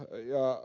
o yeah